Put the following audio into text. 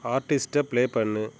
ஆர்டிஸ்ட்டை play பண்ணு